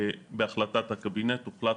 בהחלטת הקבינט הוחלט,